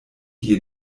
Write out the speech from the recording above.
die